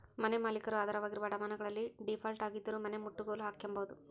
ಮನೆಮಾಲೀಕರು ಆಧಾರವಾಗಿರುವ ಅಡಮಾನಗಳಲ್ಲಿ ಡೀಫಾಲ್ಟ್ ಆಗಿದ್ದರೂ ಮನೆನಮುಟ್ಟುಗೋಲು ಹಾಕ್ಕೆಂಬೋದು